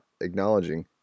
acknowledging